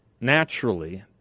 naturally